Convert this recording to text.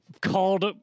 called